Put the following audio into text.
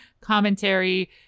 commentary